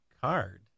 card